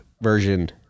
version